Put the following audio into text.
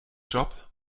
job